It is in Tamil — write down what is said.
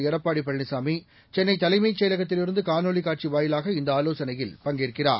எடப்பாடிபழனிசாமி சென்னைதலைமைச்செயலகத்திலிருந்துகாணொளிக்காட்சி வாயிலாகஇந்தஆலோசனையில்பங்கேற்கிறார்